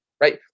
right